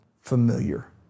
familiar